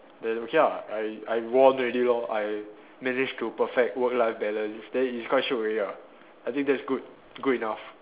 then okay ah I I won already lor I managed to perfect work life balance then it's quite shiok already ah I think that's good good enough